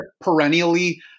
perennially